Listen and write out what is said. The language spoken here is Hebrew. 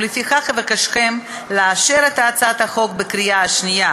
ולפיכך אבקשכם לאשר אותה בקריאה שנייה